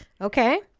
Okay